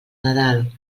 nadal